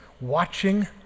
watching